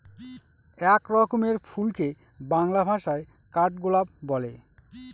এক রকমের ফুলকে বাংলা ভাষায় কাঠগোলাপ বলে